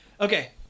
Okay